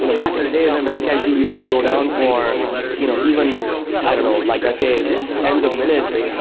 you know back in the day when and memcached used to go down for you know even i don't know. like let's say tens of minutes,